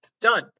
Done